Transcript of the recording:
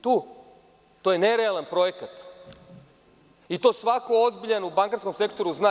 To je nerealan projekat i to svako ozbiljan u bankarskom sektoru zna.